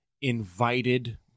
invited